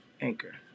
Anchor